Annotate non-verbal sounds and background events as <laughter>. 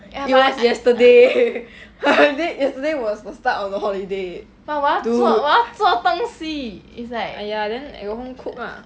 it was yesterday <laughs> yesterday was the start of the holiday dude !aiya! then at home cook lah